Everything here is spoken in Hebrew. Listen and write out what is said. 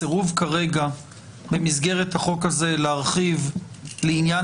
הסירוב כרגע במסגרת החוק הזה להרחיב לעניין